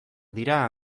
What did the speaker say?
dira